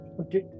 Okay